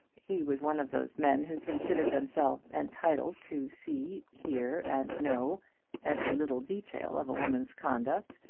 he was one of those men who consider themselves entitled to see, hear, and know every little detail of a woman's conduct,